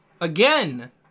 again